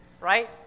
right